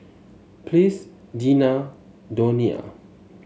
Ples Deena Donia